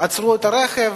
עצרו את הרכב,